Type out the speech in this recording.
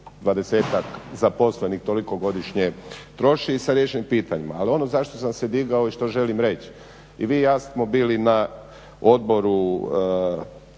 oko 20-ak zaposlenih, toliko godišnje troši sa riješenim pitanjima. Ali ono za što sam se digao i što želim reći, i vi i ja smo bili na odboru